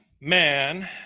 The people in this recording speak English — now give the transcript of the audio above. man